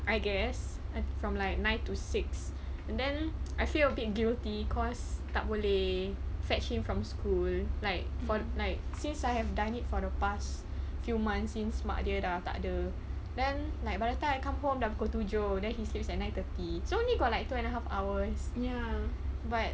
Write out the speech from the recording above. I guess from like nine to six and then I feel a bit guilty cause tak boleh fetch him from school like for like since I have done it for the past few months since mak dia dah takde then like by the time I come home dah pukul tujuh then he sleeps at nine thirty so I only got like two and a half hours but